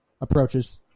approaches